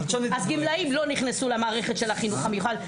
אז גמלאים לא נכנסו למערכת של החינוך המיוחד.